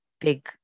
big